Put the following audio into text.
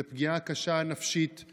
זו פגיעה נפשית קשה.